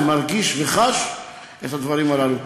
מרגיש וחש את הדברים הללו.